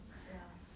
!aiya!